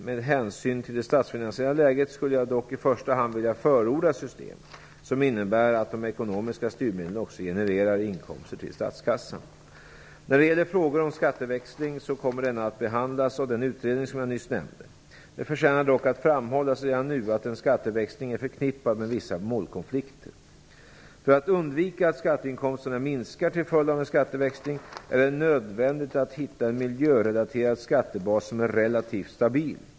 Med hänsyn till det statsfinansiella läget skulle jag dock i första hand vilja förorda system som innebär att de ekonomiska styrmedlen också genererar inkomster till statskassan. Frågan om skatteväxling kommer att behandlas av den utredning jag nyss nämnde. Det förtjänar dock att framhållas redan nu att en skatteväxling är förknippad med vissa målkonflikter. För att undvika att skatteinkomsterna minskar till följd av en skatteväxling är det nödvändigt att hitta en miljörelaterad skattebas som är relativt stabil.